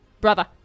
brother